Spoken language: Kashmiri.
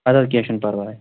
اَدٕ حظ کیٚنٛہہ چھُنہٕ پَرواے